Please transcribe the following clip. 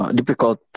difficult